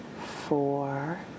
four